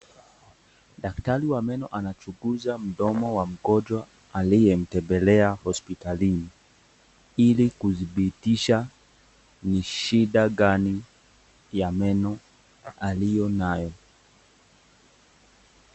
Daktari wa meno anachunguza mdomo wa mgonjwa aliyemtembelea hospitalini ili kudhibitisha ni shida gani ya meno aliyo nayo.